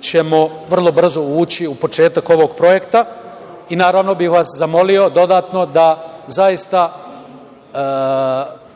ćemo vrlo brzo ući u početak ovog projekta. Naravno, zamolio bih vas dodatno da zaista